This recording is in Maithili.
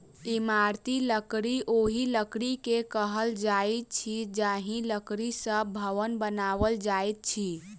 इमारती लकड़ी ओहि लकड़ी के कहल जाइत अछि जाहि लकड़ी सॅ भवन बनाओल जाइत अछि